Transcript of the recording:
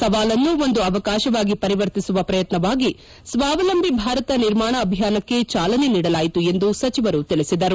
ಸವಾಲನ್ನು ಒಂದು ಅವಕಾಶವಾಗಿ ಪರಿವರ್ತಿಸುವ ಪ್ರಯತ್ನವಾಗಿ ಸ್ವಾವಲಂಬಿ ಭಾರತ ನಿರ್ಮಾಣ ಅಭಿಯಾನಕ್ಕೆ ಚಾಲನೆ ನೀಡಲಾಯಿತು ಎಂದು ಸಚಿವರು ತಿಳಿಸಿದರು